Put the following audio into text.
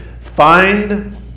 Find